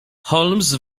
holmes